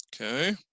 Okay